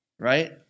right